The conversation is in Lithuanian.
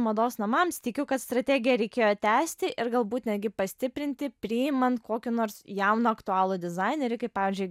mados namams tikiu kad strategiją reikėjo tęsti ir galbūt netgi pastiprinti priimant kokį nors jauną aktualų dizainerį kaip pavyzdžiui